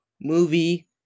Movie